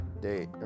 day